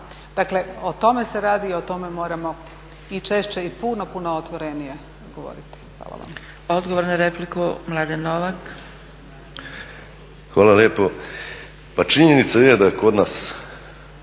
Dakle o tome se radi i o tome moramo češće i puno, puno otvorenije govoriti.